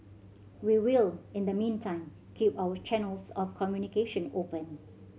we will in the meantime keep our channels of communication open